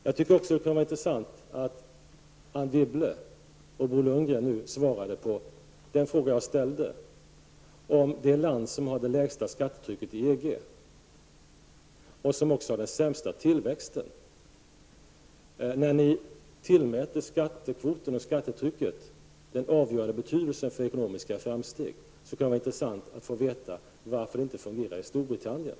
Jag tycker också att det kunde vara intressant om Anne Wibble och Bo Lundgren svarade på den fråga jag ställde, om det land som har det lägsta skattetrycket i EG och också den sämsta tillväxten. När ni tillmäter skattekvot och skattetryck den avgörande betydelsen för ekonomiska framsteg kan det vara intressant att få veta varför det inte fungerar i Storbritannien.